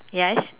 yes